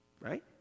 Right